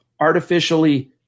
artificially